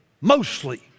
mostly